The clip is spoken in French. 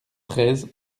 treize